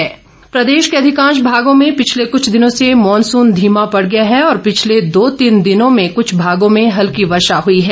मौसम प्रदेश के अधिकांश भागों में पिछले कुछ दिनों से मॉनसून धीमा पड़ गया है और पिछले दो तीन दिनों में कुछ भागों में हल्की वर्षा हुई है